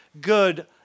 good